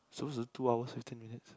supposed to be the two hours fifteen minutes